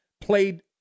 played